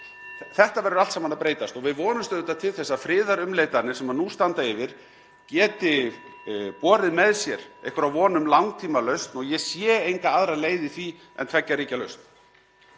Þetta verður allt saman að breytast. Við vonumst auðvitað til þess að friðarumleitanir sem nú standa yfir geti borið með sér einhverja von um langtímalausn og ég sé enga aðra leið í því en tveggja ríkja lausn.